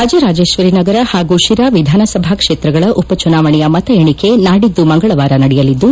ರಾಜರಾಜೇಶ್ವರಿನಗರ ಹಾಗೂ ಶಿರಾ ವಿಧಾನಸಭಾ ಕ್ಷೇತ್ರಗಳ ಉಪಚುನಾವಣೆಯ ಮತ ಎಣಿಕೆ ನಾಡಿದ್ದು ಮಂಗಳವಾರ ನಡೆಯಲಿದ್ದು